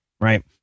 right